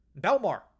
Belmar